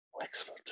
Wexford